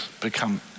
become